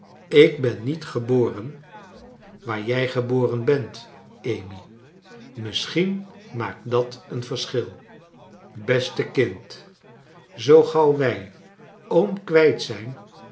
ik ben niet geboren waar jij geboren bent amy misschien maakt dat een verschil beste kind zoo gauw wij oom kwijt zijn